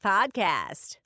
Podcast